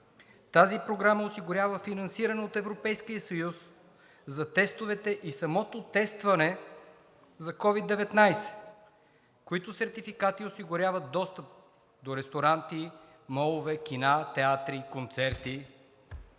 Тази програма осигурява финансиране от Европейския съюз за тестовете и самото тестване за COVID-19, които сертификати осигуряват достъп до ресторанти, молове, кина, театри, концерти.